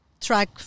track